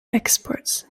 exports